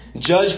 Judge